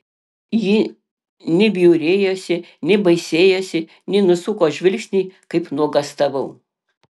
ji nei bjaurėjosi nei baisėjosi nei nusuko žvilgsnį kaip nuogąstavau